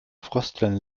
frösteln